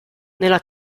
nella